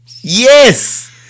yes